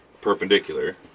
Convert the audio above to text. perpendicular